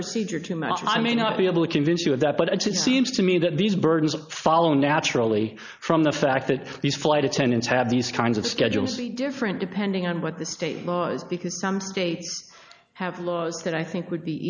procedure to match i may not be able to convince you of that but it's it seems to me that these burdens are following naturally from the fact that these flight attendants have these kinds of schedule see different depending on what the state laws because some states have laws that i think would be